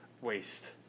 waste